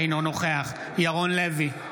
אינו נוכח ירון לוי,